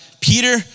Peter